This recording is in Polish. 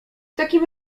takim